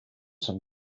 some